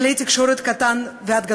מכלי תקשורת קטן ועד גדול,